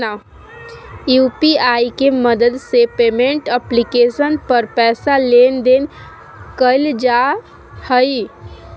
UPI के मदद से पेमेंट एप्लीकेशन पर पैसा लेन देन कइल जा हइ